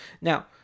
Now